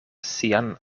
sian